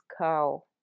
cow